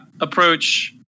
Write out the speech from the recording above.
Approach